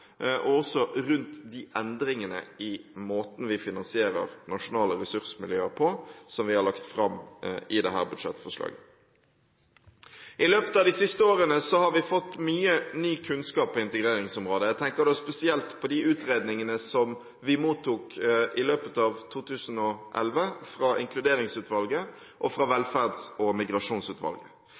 og også om endringene i måten vi finansierer nasjonale ressursmiljøer på, som vi har lagt fram i dette budsjettforslaget. I løpet av de siste årene har vi fått mye ny kunnskap på integreringsområdet. Jeg tenker da spesielt på de utredningene som vi mottok i løpet av 2011 fra Inkluderingsutvalget og fra Velferds- og migrasjonsutvalget.